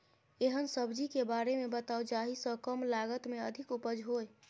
एहन सब्जी के बारे मे बताऊ जाहि सॅ कम लागत मे अधिक उपज होय?